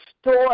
store